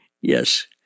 Yes